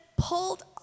pulled